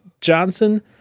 Johnson